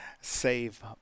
save